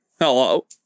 Hello